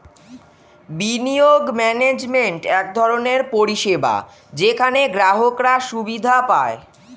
বিনিয়োগ ম্যানেজমেন্ট এক ধরনের পরিষেবা যেখানে গ্রাহকরা সুবিধা পায়